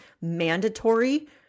mandatory